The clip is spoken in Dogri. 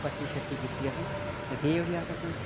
पट्टी शट्टी कीती असें ते गे उठी अस अपने